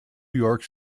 york